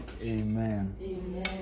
Amen